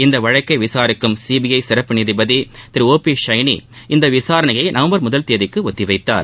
இந்த வழக்கை விசாரிக்கும் சிபிஐ சிறப்பு நீதிபதி திரு ஓ பி சைனி இந்த விசாரணையை நவம்பர் முதல் தேதிக்கு ஒத்திவைத்தார்